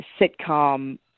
sitcom